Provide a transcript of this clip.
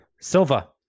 Silva